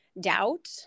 doubt